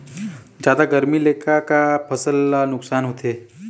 जादा गरमी ले का का फसल ला नुकसान होथे?